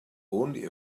only